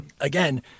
Again